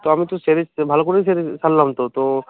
তো আমি তো সেরে ভালো করেই সেরে সারলাম তো তো